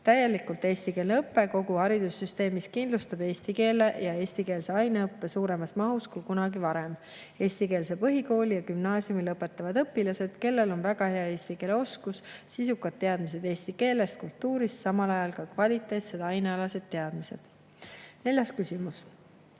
Täielikult eestikeelne õpe kogu haridussüsteemis kindlustab eesti keele ja eestikeelse aineõppe suuremas mahus kui kunagi varem. Eestikeelse põhikooli ja gümnaasiumi lõpetavad õpilased, kellel on väga hea eesti keele oskus, sisukad teadmised eesti keelest ja kultuurist ning samal ajal ka [head] ainealased teadmised. Neljas küsimus: